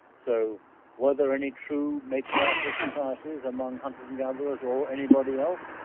so were there any true matriarchal societies among hunter and gatherers or anybody else?